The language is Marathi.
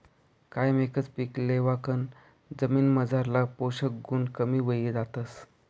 कायम एकच पीक लेवाकन जमीनमझारला पोषक गुण कमी व्हयी जातस